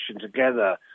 together